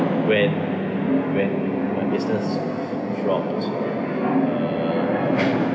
when when my business flopped uh